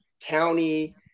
County